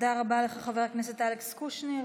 תודה רבה לך, חבר הכנסת אלכס קושניר.